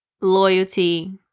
loyalty